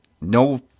No